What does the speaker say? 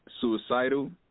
suicidal